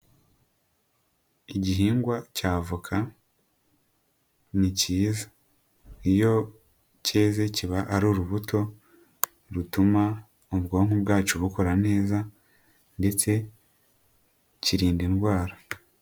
Igihingwa cya avoka ni kiza iyo keze kiba ari urubuto rutuma ubwonko bwacu bukora neza, ndetse kirinda indwara.